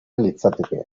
litzateke